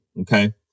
okay